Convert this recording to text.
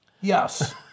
Yes